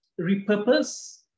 repurpose